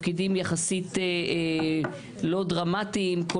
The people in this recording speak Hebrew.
תפקידים יחסית לא דרמטיים,